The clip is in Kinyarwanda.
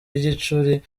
y’igicuri